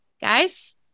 guys